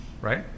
right